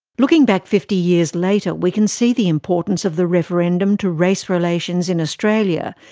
looking back fifty years later, we can see the importance of the referendum to race relations in australia,